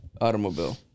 automobile